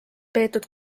peetud